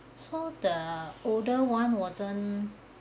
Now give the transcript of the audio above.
so the older one wasn't